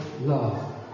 love